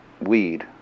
weed